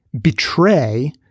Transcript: betray